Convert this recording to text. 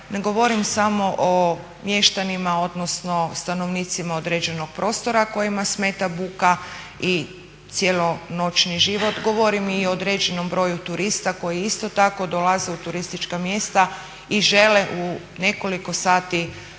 ne govorim samo o mještanima odnosno o stanovnicima određenog prostora kojima smeta buka i cjelonoćni život, govorim i o određenom broju turista koji isto tako dolaze u turistička mjesta i žele u nekoliko sati